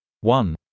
One